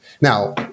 Now